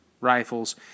rifles